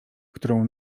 którą